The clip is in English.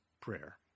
prayer